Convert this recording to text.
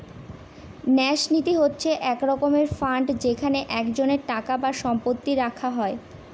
ন্যাস নীতি হচ্ছে এক রকমের ফান্ড যেখানে একজনের টাকা বা সম্পত্তি রাখা হয়